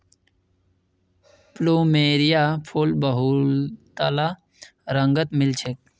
plumeria फूल बहुतला रंगत मिल छेक